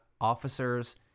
officers